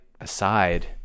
aside